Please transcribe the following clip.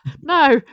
No